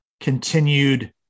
continued